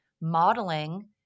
modeling